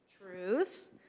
Truth